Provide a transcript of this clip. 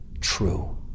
true